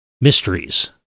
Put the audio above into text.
mysteries